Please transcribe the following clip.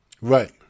Right